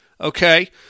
okay